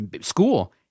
school